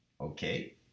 Okay